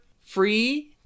free